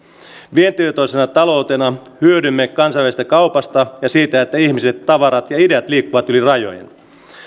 vientivetoisena taloutena hyödymme kansainvälisestä kaupasta ja siitä että ihmiset tavarat ja ideat liikkuvat yli rajojen